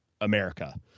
America